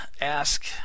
ask